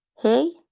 hey